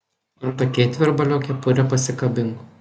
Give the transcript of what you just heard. ant akėtvirbalio kepurę pasikabink